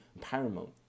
paramount